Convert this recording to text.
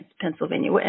Pennsylvania